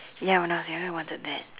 ya when I was young I wanted that